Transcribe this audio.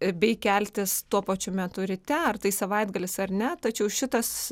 bei keltis tuo pačiu metu ryte ar tai savaitgalis ar ne tačiau šitas